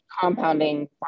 compounding